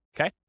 Okay